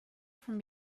from